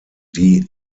die